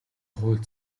хууль